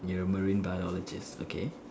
you're a marine biologist okay